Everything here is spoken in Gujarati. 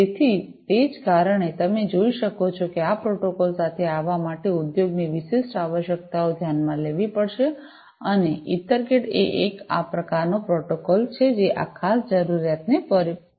તેથી તે જ કારણ છે કે તમે જોઈ શકો છો આ પ્રોટોકોલ સાથે આવવા માટે ઉદ્યોગની વિશિષ્ટ આવશ્યકતાઓ ધ્યાનમાં લેવી પડશે અને ઇથરકેટ એ એક આ પ્રકારનો પ્રોટોકોલ છે જે આ ખાસ જરૂરિયાતને પૂર્ણ કરે છે